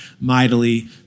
mightily